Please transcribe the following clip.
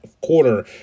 quarter